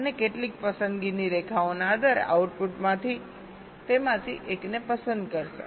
અને કેટલીક પસંદગીની રેખાઓના આધારે આઉટપુટમાંથી તેમાંથી એકને પસંદ કરશે